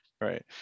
Right